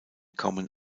kommen